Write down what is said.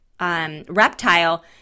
reptile